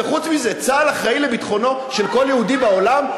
וחוץ מזה, צה"ל אחראי לביטחונו של כל יהודי בעולם?